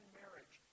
marriage